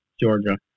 Georgia